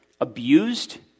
abused